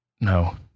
No